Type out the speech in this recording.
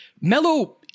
Melo